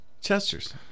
Chester's